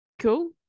Cool